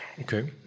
Okay